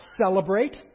Celebrate